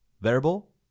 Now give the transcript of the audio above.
Variable